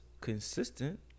consistent